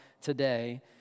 today